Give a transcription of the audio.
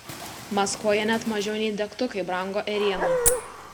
maskvoje net mažiau nei degtukai brango ėriena